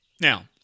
Now